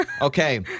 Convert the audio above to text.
Okay